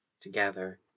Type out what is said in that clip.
together